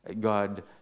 God